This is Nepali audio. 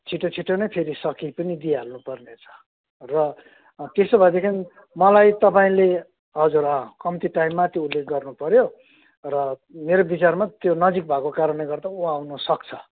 छिट्टो छिट्टो नै फेरि सकी पनि दिइहाल्नु पर्ने छ र त्यसो भएदेखि मलाई तपाईँले हजुर अँ कम्ती टाइममा त्यो उसले गर्नु पर्यो र मेरो विचारमा त्यो नजिक भएको कारणले गर्दा उ आउनु सक्छ